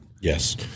Yes